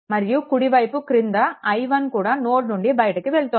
మరియు కుడి వైపు క్రింద i1 కూడా నోడ్ నుండి బయటికి వెళ్తోంది